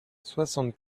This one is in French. soixante